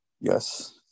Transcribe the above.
Yes